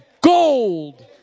gold